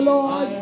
Lord